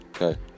Okay